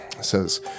says